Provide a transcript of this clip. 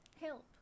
Help